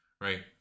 right